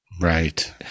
Right